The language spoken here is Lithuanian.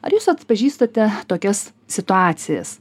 ar jūs atpažįstate tokias situacijas